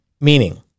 Meaning